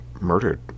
murdered